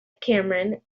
cameron